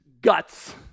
guts